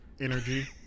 energy